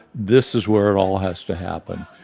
this is where it all has to happen.